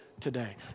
today